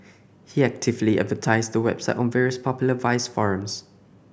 he actively advertised the website on various popular vice forums